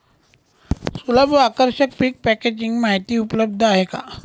सुलभ व आकर्षक पीक पॅकेजिंग माहिती उपलब्ध आहे का?